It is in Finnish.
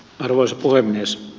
arvoisa puhemies